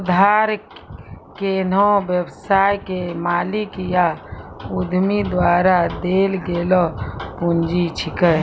उधार कोन्हो व्यवसाय के मालिक या उद्यमी द्वारा देल गेलो पुंजी छिकै